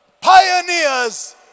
Pioneers